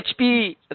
HP